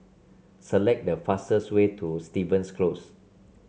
select the fastest way to Stevens Close